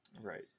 Right